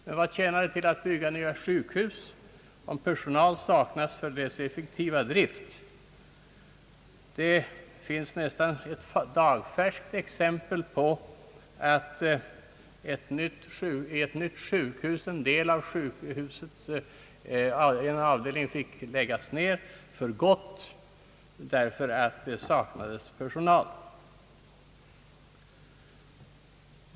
Men vad tjänar det till att bygga nya sjukhus om personal saknas för effektiv drift? Det finns ett nästan dagsfärskt exempel på att en avdelning på ett nytt sjukhus fått läggas ner för gott därför att det saknas personal.